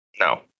No